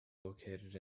located